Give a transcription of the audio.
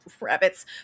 rabbits